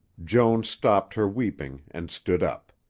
joan stopped her weeping and stood up.